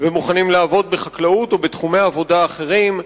ומוכנים לעבוד בחקלאות או בתחומי עבודה אחרים.